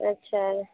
अच्छा